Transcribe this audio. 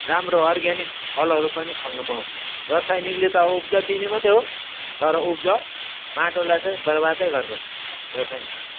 राम्रो अर्ग्यानिक फलहरू पनि फल्नु पाउँछ रसायनिकले त उब्जाउ दिने मात्रै हो तर उब्जाउ माटोलाई चाहिँ बर्बादै गर्दछ रसायनिकले